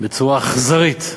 בצורה אכזרית,